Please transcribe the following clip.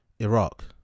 Iraq